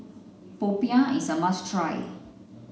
Popiah is a must try